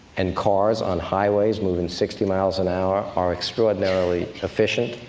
and cars on highways moving sixty miles an hour are extraordinarily efficient,